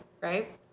Right